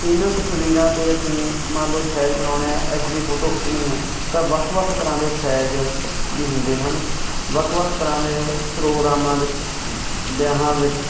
ਇਨ੍ਹਾਂ ਤਸਵੀਰਾਂ 'ਤੇ ਅਸੀਂ ਮੰਨ ਲਓ ਸੈਜ ਬਣਾਉਣੇ ਆ ਐੱਚ ਡੀ ਫੋਟੋ ਖਿੱਚਣੀ ਹੈ ਤਾਂ ਵੱਖ ਵੱਖ ਤਰ੍ਹਾਂ ਦੇ ਸੈਜ ਵੀ ਹੁੰਦੇ ਹਨ ਵੱਖ ਵੱਖ ਤਰ੍ਹਾਂ ਦੇ ਪ੍ਰੋਗਰਾਮਾਂ ਵਿੱਚ ਵਿਆਹਾਂ ਵਿੱਚ